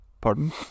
Pardon